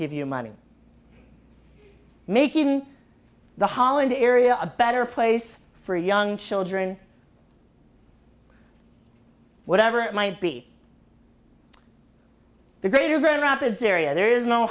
give you money making the holiday area a better place for young children whatever it might be the greater grand rapids area there is no